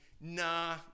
nah